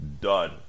done